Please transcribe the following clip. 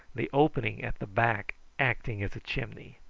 the opening at the back acting as a chimney.